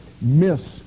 miss